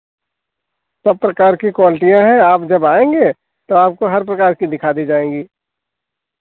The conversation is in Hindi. सब प्रकार की क्वाल्टियाँ हैं आप जब आएँगे तो आपको हर प्रकार की दिखा दी जाएँगी